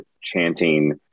chanting